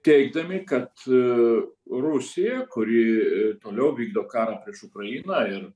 teigdami kad rusija kuri toliau vykdo karą prieš ukrainą ir